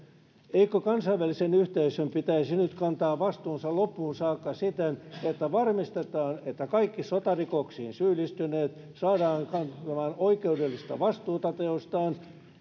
eikö kansainvälisen yhteisön pitäisi nyt kantaa vastuunsa loppuun saakka siten että varmistetaan että kaikki sotarikoksiin syyllistyneet saadaan kantamaan oikeudellista vastuuta teoistaan